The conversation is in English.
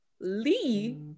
lee